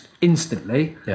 instantly